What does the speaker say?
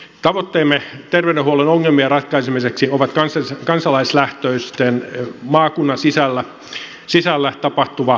taloutemme tervolan ongelmien ratkaisemiseksi on kansalaislähtöinen maakunnan sisällä tapahtuva kehittämistyö